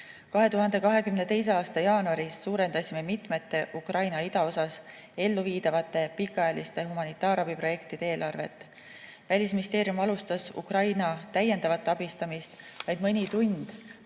2022. aasta jaanuarist suurendasime mitme Ukraina idaosas elluviidava pikaajalise humanitaarabiprojekti eelarvet. Välisministeerium alustas Ukraina täiendavat abistamist vaid mõni tund